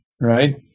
right